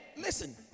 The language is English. listen